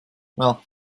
well